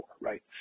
right